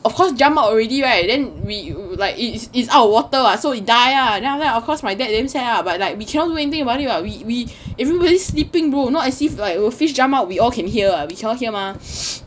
of course jump out already right then we like is is out of water [what] so it die ah then of course my dad damn sad lah but like we cannot do anything about it we we everybody sleeping bro not as if the fish jump out we call can hear we cannot hear mah